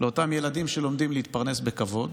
לאותם ילדים שלומדים להתפרנס בכבוד.